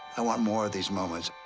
i want more of these moments.